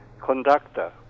conductor